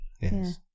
Yes